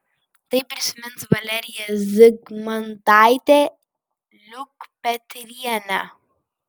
tai prisimins valerija zigmantaitė liukpetrienė